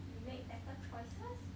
you make better choices